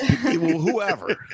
Whoever